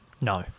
No